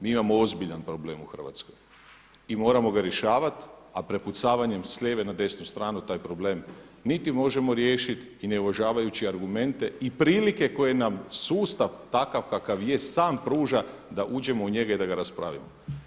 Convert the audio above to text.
Mi imamo ozbiljan problem u Hrvatskoj i moramo ga rješavati, a prepucavanjem s lijeve na desnu stranu taj problem niti možemo riješiti i ne uvažavajući argumente i prilike koje nam sustav takav kakav je sam pruža da uđemo u njega i da ga raspravimo.